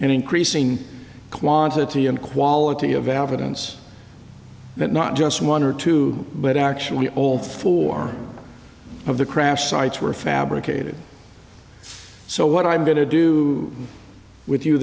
an increasing quantity and quality of valve events that not just one or two but actually old four of the crash sites were fabricated so what i'm going to do with you